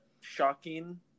shocking